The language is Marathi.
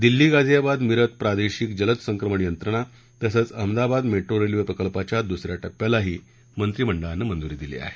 दिल्ली गाझियाबाद मिरत प्रादेशिक जलद संक्रमण यंत्रणा तसंच अहमदाबाद मेट्रो रेल्वे प्रकल्पाच्या दुस या टप्प्यालाही मंत्रिमंडळानं मंजुरी दिली आहे